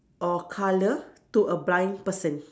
or colour to a blind person